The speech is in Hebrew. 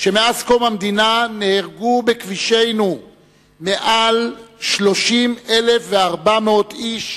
שמאז קום המדינה נהרגו בכבישינו יותר מ-30,400 איש,